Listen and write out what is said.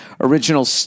original